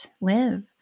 live